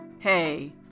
Hey